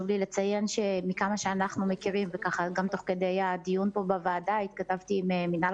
ותוך כדי הדיון פה בוועדה התכתבתי עם מינהל